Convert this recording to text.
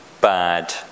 bad